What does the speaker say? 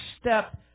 step